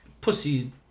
pussy